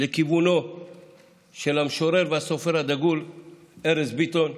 לכיוונו של המשורר והסופר הדגול ארז ביטון,